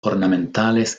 ornamentales